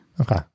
okay